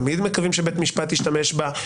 תמיד מקווים שבית משפט ישתמש בה,